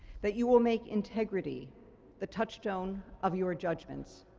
that you will make integrity the touchstone of your judgments,